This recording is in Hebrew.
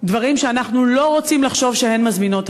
דברים שאנחנו לא רוצים לחשוב שהן מזמינות.